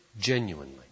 genuinely